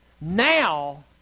Now